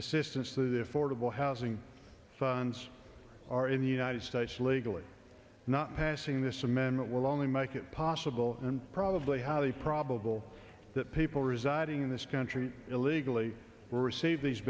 assistance the fordable housing funds are in the united states legally not passing this amendment will only make it possible and probably highly probable that people residing in this country illegally will receive these